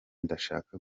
ndashaka